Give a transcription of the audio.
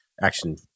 action